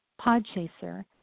Podchaser